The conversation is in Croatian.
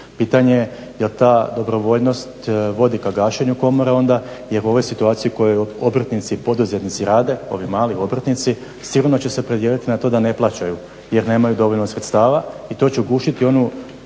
Pitanje je jel ta dobrovoljnost vodi ka gašenju komore onda jer u ovoj situaciji u kojoj obrtnici i poduzetnici rade, ovi mali obrtnici, sigurno će se opredijeliti na to da ne plaćaju jer nemaju dovoljno sredstava i to će ugušiti onaj